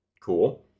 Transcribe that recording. Cool